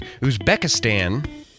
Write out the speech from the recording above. Uzbekistan